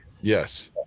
yes